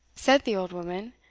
said the old woman,